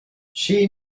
she